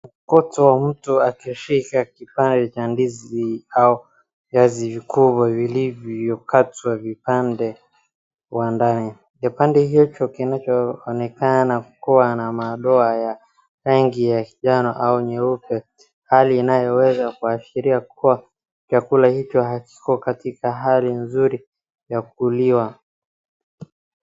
Mkono wa mtu akishika kipande cha ndizi au ndizi kubwa vilivyokatwa vipande wa ndani, vipande hivyo kinachoonekana kuwa na madoa ya rangi ya njano au nyeupe hali inayoweza kuashiria kuwa chakula hicho hakiko katika hali nzuri ya kuliwa.